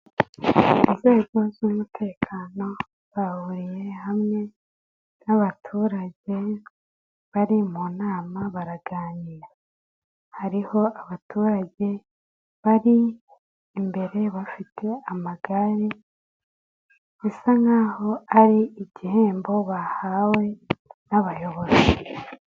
Inzego z'umutekano zahuriye hamwe n'abaturage, bari mu nama baraganira, hariho abaturage bari imbere, bafite amagare, bisa nk'aho ari igihembo bahawe n'abayobozi.